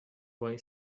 boy